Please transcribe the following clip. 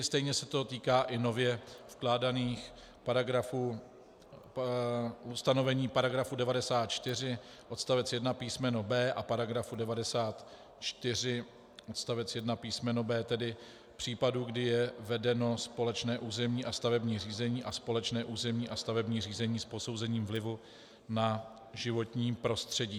Stejně se to týká i nově vkládaných paragrafů, ustanovení § 94 odst. 1 písm. b) a § 94 odst. 1 písm. b) (?), tedy případů, kdy je vedeno společné územní a stavební řízení a společné územní a stavební řízení s posouzením vlivu na životní prostředí.